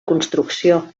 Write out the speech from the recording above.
construcció